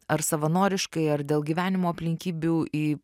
ar savanoriškai ar dėl gyvenimo aplinkybių į